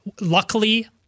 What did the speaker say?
luckily